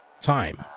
Time